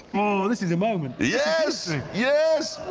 oh, this is the moment. yes! yes!